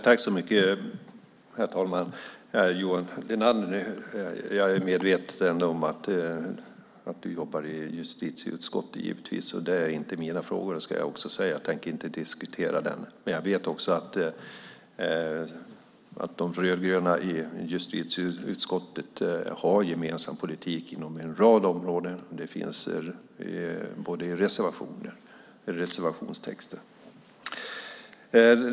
Herr talman! Jag är givetvis medveten om att du jobbar i justitieutskottet, Johan Linander. Det är inte mina frågor, och jag tänker inte diskutera dem. Jag vet dock också att de rödgröna i justitieutskottet har en gemensam politik inom en rad områden, och det finns i reservationstexten.